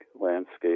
landscape